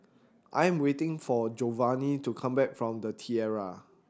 I am waiting for Jovanny to come back from The Tiara